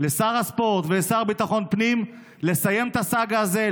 לשר הספורט ולשר לביטחון הפנים לסיים את הסאגה הזאת,